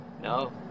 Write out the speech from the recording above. No